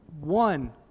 one